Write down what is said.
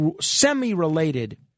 semi-related